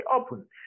open